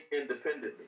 independently